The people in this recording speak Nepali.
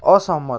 असहमत